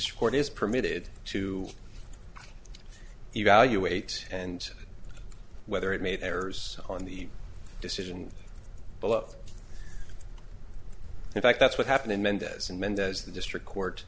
court is permitted to evaluate and whether it made errors on the decision below in fact that's what happened in mendez and mendez the district court